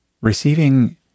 receiving